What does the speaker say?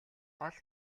гол